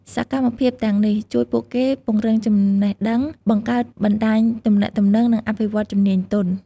សកម្មភាពទាំងនេះជួយពួកគេពង្រឹងចំណេះដឹង បង្កើតបណ្ដាញទំនាក់ទំនង និងអភិវឌ្ឍជំនាញទន់។